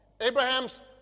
Abraham's